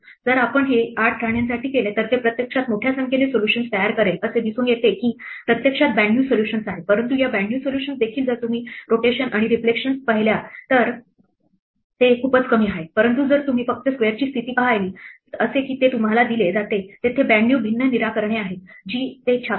जर आपण हे 8 राण्यांसाठी केले तर ते प्रत्यक्षात मोठ्या संख्येने सोल्यूशन्स तयार करेल असे दिसून येते की प्रत्यक्षात 92 सोल्यूशन्स आहेत परंतु या 92 सोल्यूशन्स देखील जर तुम्ही रोटेशन आणि रिफ्लेक्शन्स पाहिल्या तर ते खूपच कमी आहेत परंतु जर तुम्ही फक्त स्क्वेअरची स्थिती पाहा जसे की ते तुम्हाला दिले जाते तेथे 92 भिन्न निराकरणे आहेत जी ते छापतात